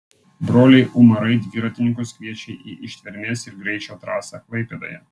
broliai umarai dviratininkus kviečia į ištvermės ir greičio trasą klaipėdoje